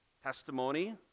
testimony